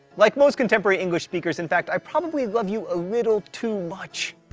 like most contemporary english speakers in fact, i probably love you a little too much.